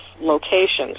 locations